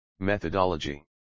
Methodology